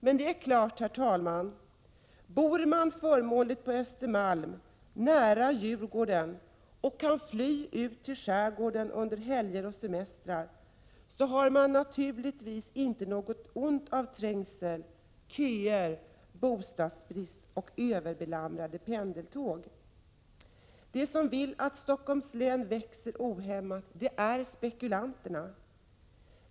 Men om man bor förmånligt på Östermalm nära Djurgården och kan fly ut till skärgården under helger och semestrar har man naturligtvis inte något ont av trängsel, köer, bostadsbrist och överbelamrade pendeltåg. De som vill att Stockholms län växer ohämmat är spekulanterna.